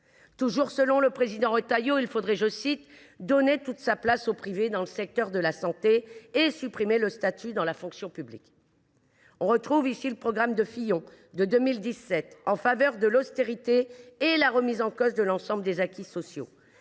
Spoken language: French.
Toujours selon le président Retailleau, il faudrait donner « toute sa place au privé » dans le secteur de la santé et « supprimer le statut dans la fonction publique ». On retrouve ici le programme de François Fillon de 2017 en faveur de l’austérité et de la remise en cause de l’ensemble des acquis sociaux.